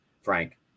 frank